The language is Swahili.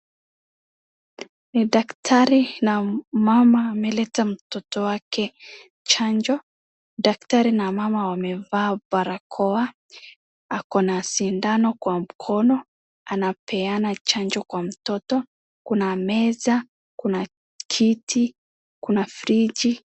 Ni daktari na mama ameleta mtoto wake chanjo. Daktari na mama wamevaa barakoa. Ako na sindano kwa mkono, anapeana chanjo kwa mtoto. Kuna meza, kuna kiti, kuna fridge .